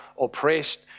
oppressed